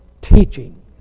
teaching